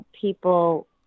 people